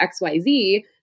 XYZ